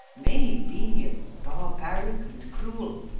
may be as barbaric and cruel,